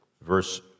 verse